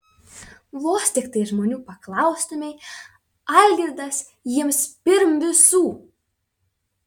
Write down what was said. vos tiktai žmonių paklaustumei algirdas jiems pirm visų